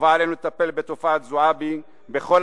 חובה עלינו לטפל בתופעת זועבי בכל